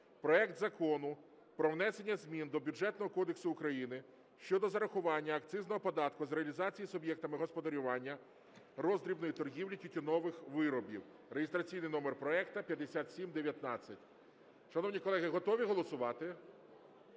проект Закону про внесення змін до Бюджетного кодексу України щодо зарахування акцизного податку з реалізації суб'єктами господарювання роздрібної торгівлі тютюнових виробів (реєстраційний номер проекту 5719). Шановні колеги, готові голосувати?